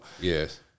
Yes